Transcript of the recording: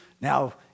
now